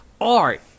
art